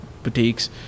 boutiques